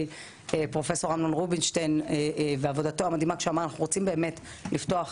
פרופסור אמנון רובינשטיין ועבודתו המדהימה כשאמר שרוצים לפתוח